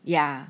ya